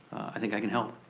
i think i can help.